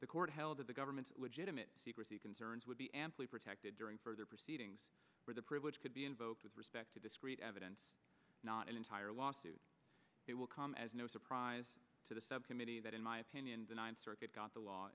the court held that the government's legitimate secrecy concerns would be amply protected during further proceedings where the privilege could be invoked with respect to discrete evidence not an entire lawsuit it will come as no surprise to the subcommittee that in my opinion the ninth circuit got the law